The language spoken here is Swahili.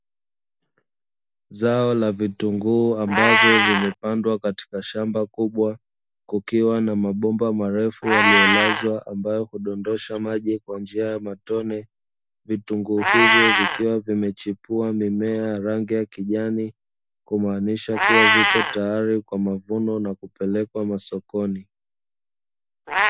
Zao la vitunguu ambavyo vimepandwa katika shamba kubwa, kukiwa na mabomba marefu yaliyolazwa ambayo hudondosha maji kwa njia ya matone, vitunguu hivyo vikiwa vimechipua mimea ya rangi ya kijani, kumaanisha kuwa vipo tayari kwa mavuno na kupelekwa masokoni.